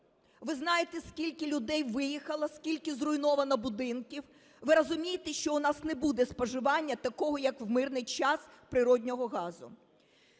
Ви знаєте скільки людей виїхало, скільки зруйновано будинків. Ви розумієте, що у нас не буде споживання, такого як в мирний час, природнього газу.